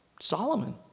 Solomon